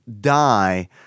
die